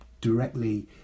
directly